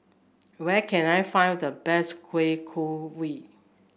where can I find the best Kueh Kaswi